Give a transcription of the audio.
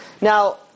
Now